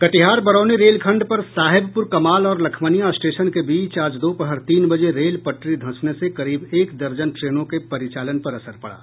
कटिहार बरौनी रेलखण्ड पर साहेबपूर कमाल और लखमनिया स्टेशन के बीच आज दोपहर तीन बजे रेल पटरी धंसने से करीब एक दर्जन ट्रेनों के परिचालन पर असर पड़ा